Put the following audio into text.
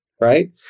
right